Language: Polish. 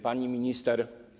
Pani Minister!